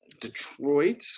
Detroit